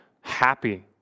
happy